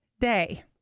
day